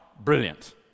brilliant